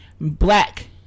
black